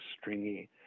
stringy